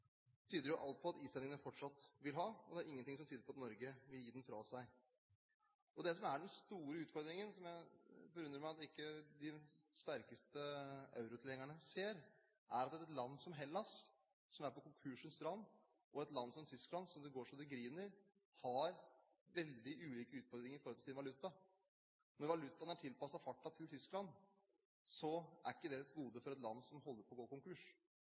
tyder alt på, vil islendingene fortsatt ha, og det er ingenting som tyder på at Norge vil gi den fra seg. Det som er den store utfordringen, og det forundrer meg at ikke de sterkeste eurotilhengerne ser det, er at et land som Hellas, som er på konkursens rand, og et land som Tyskland, der det går så det griner, har veldig ulike utfordringer når det gjelder sin valuta. Når valutaen er tilpasset farten i Tyskland, er ikke det et gode for et land som holder på å gå konkurs,